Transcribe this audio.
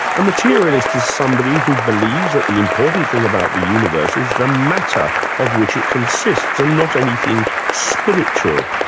a materialist is somebody who believes that the important thing about the universe is the matter of which it consists and not anything spiritual.